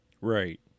Right